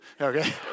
Okay